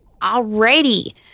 Alrighty